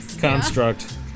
construct